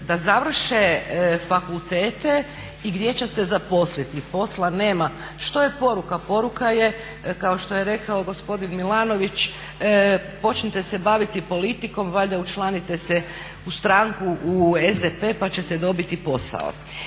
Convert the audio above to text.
Da završe fakultete i gdje će se zaposliti. Posla nema. Što je poruka? Poruka je kao što je rekao gospodin Milanović počnite se baviti politikom. Valjda učlanite se u stranku, u SDP pa ćete dobiti posao.